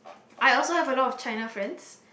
I also have a lot of China friends